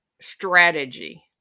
strategy